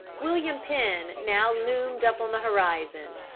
william penn now loomed up on the horizon.